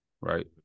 right